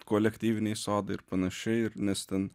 kolektyviniai sodai ir panašiai ir nes ten